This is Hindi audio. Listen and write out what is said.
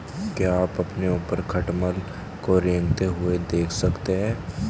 क्या आप अपने ऊपर खटमल को रेंगते हुए देख सकते हैं?